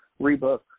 rebook